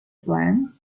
plan